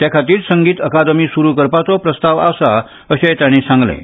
ते खातीर संगीत अकादमी सुरू करपाचो प्रस्ताव आसा अशेंय तांणी सांगलें